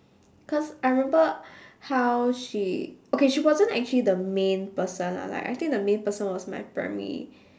cause I remember how she okay she wasn't actually the main person lah like I think the main person was my primary